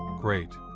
great,